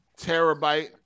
terabyte